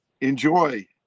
Enjoy